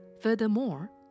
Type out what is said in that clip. Furthermore